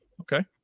Okay